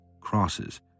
crosses